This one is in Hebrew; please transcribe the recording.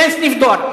אין סניף דואר.